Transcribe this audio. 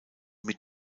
mit